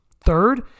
Third